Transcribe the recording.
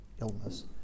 illness